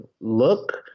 look